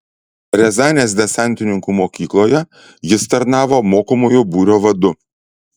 riazanės desantininkų mokykloje jis tarnavo mokomojo būrio vadu